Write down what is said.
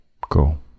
cool